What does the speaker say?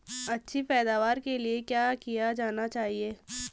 अच्छी पैदावार के लिए क्या किया जाना चाहिए?